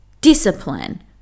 discipline